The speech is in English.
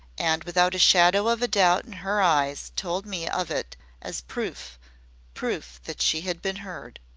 and without a shadow of doubt in her eyes told me of it as proof proof that she had been heard.